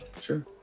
Sure